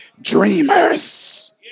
dreamers